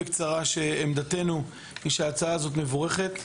עמדתנו היא שההצעה הזאת מבורכת.